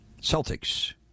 Celtics